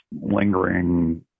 lingering